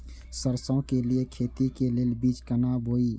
सरसों के लिए खेती के लेल बीज केना बोई?